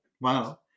Wow